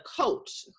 coach